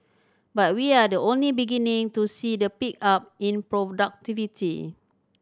but we are the only beginning to see the pickup in productivity